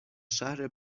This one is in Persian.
شهر